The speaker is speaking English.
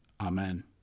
Amen